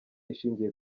ishingiye